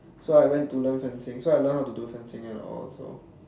so I went to learn fencing so I learn how to do fencing and all also